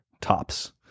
tops